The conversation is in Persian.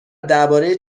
درباره